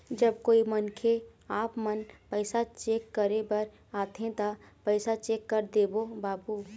जब कोई मनखे आपमन पैसा चेक करे बर आथे ता पैसा चेक कर देबो बाबू?